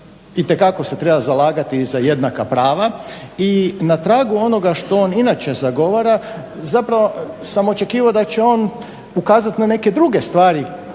itekako se treba zalagati za jednaka prava i na tragu onoga što on inače zagovara zapravo samo očekivao da će on ukazati ne neke druge stvari